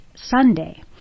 Sunday